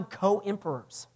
co-emperors